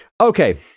okay